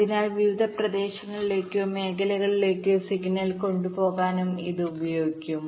അതിനാൽ വിവിധ പ്രദേശങ്ങളിലേക്കോ മേഖലകളിലേക്കോ സിഗ്നൽ കൊണ്ടുപോകാനും ഇത് ഉപയോഗിക്കാം